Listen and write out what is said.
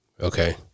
Okay